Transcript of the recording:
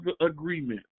agreement